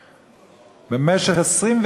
חלילה,